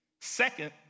second